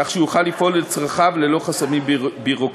כך שיוכל לפעול לצרכיו וללא חסמים ביורוקרטיים,